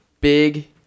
big